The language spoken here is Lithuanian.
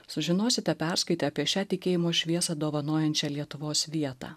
sužinosite perskaitę apie šią tikėjimo šviesą dovanojančią lietuvos vietą